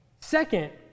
Second